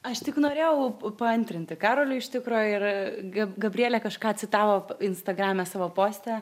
aš tik norėjau paantrinti karoliui iš tikro ir gab gabrielė kažką citavo instagrame savo poste